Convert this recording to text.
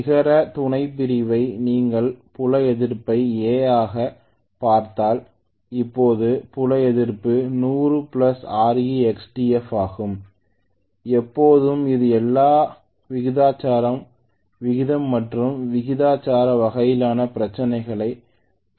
நிகர துணைப் பிரிவை நீங்கள் புல எதிர்ப்பை A ஆகப் பார்த்தால் இப்போது புல எதிர்ப்பு 100 Rextf ஆகும் எப்போதும் இது எல்லா விகிதாச்சாரம் விகிதம் மற்றும் விகிதாச்சார வகையான பிரச்சினைகள்